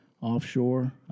offshore